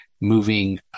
moving